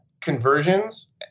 conversions